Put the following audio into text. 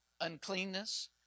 uncleanness